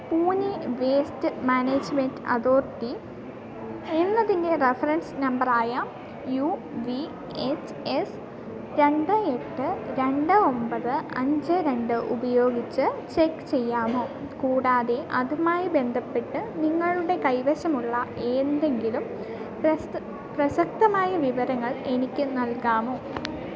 Pune waste management authority എന്നതിൻ്റെ reference നമ്പറായ U V H S രണ്ട് എട്ട് രണ്ട് ഒമ്പത് അഞ്ച് രണ്ട് ഉപയോഗിച്ച് ചെക്ക് ചെയ്യാമോ കൂടാതെ അതുമായി ബന്ധപ്പെട്ട് നിങ്ങളുടെ കൈവശമുള്ള ഏന്തെങ്കിലും പ്രസക്തമായ വിവരങ്ങൾ എനിക്കു നൽകാമോ